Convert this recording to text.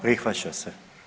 Prihvaća se.